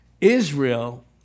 Israel